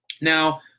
Now